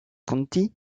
conti